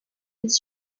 des